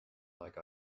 like